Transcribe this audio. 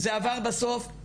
זה עבר בסוף,